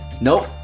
Nope